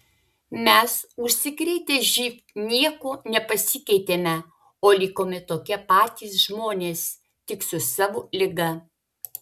mes užsikrėtę živ niekuo nepasikeitėme o likome tokie patys žmonės tik su savo liga